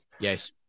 Yes